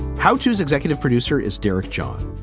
how tos executive producer is derek john,